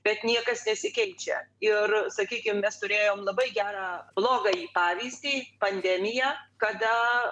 bet niekas nesikeičia ir sakykim mes turėjom labai gerą blogąjį pavyzdį pandemiją kada